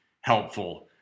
helpful